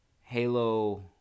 Halo